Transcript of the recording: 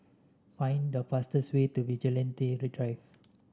find the fastest way to Vigilante Drive